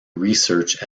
research